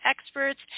experts